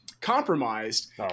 compromised